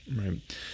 Right